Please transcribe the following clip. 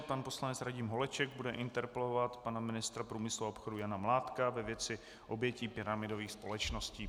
Pan poslanec Radim Holeček bude interpelovat pana ministra průmyslu a obchodu Jana Mládka ve věci obětí pyramidových společností.